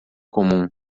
comum